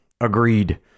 Agreed